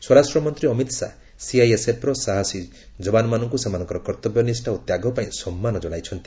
ସ୍ୱରାଷ୍ଟ୍ରମନ୍ତ୍ରୀ ଅମିତ ଶାହା ସିଆଇଏସ୍ଏଫ୍ର ସାହସୀ ଯବାନମାନଙ୍କୁ ସେମାନଙ୍କର କର୍ତ୍ତବ୍ୟନିଷ୍ଠା ଓ ତ୍ୟାଗ ପାଇଁ ସମ୍ମାନ ଜଣାଇଛନ୍ତି